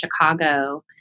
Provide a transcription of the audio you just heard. Chicago